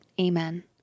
Amen